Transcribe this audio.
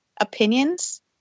opinions